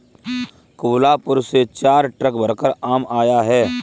कोहलापुर से चार ट्रक भरकर आम आया है